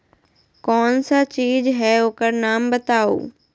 कौन सा चीज है ओकर नाम बताऊ?